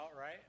right